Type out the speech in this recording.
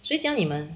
谁教你们